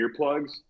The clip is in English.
earplugs